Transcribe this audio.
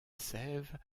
sève